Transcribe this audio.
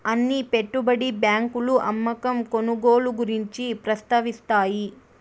అన్ని పెట్టుబడి బ్యాంకులు అమ్మకం కొనుగోలు గురించి ప్రస్తావిస్తాయి